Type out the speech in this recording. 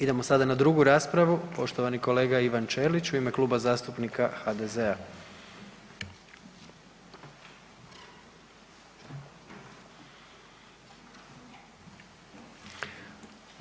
Idemo sada na drugu raspravu, poštovani kolega Ivan Ćelić u ime Kluba zastupnika HDZ-a.